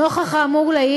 נוכח האמור לעיל,